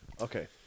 Okay